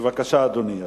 בבקשה, אדוני השיח'.